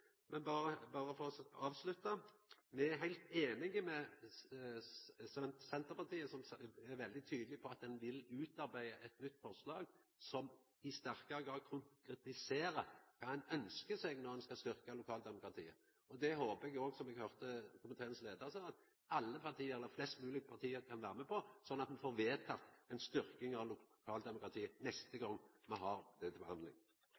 men berre for å avslutta: Me er heilt einige med Senterpartiet som er veldig tydeleg på at ein vil utarbeida eit nytt forslag som i sterkare grad konkretiserer kva ein ønskjer seg når ein skal styrkja lokaldemokratiet. Det håper eg òg, som eg høyrde komiteens leiar sa, at flest mogleg parti kan vera med på, sånn at ein får vedteke ei styrking av lokaldemokratiet neste gong me har det til behandling.